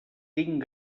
tinc